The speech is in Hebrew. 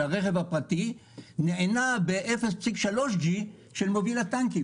הרכב הפרטי נענה ב-0.3G של מוביל הטנקים.